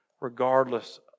regardless